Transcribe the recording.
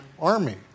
army